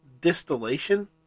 distillation